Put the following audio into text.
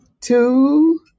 two